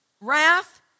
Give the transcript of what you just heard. wrath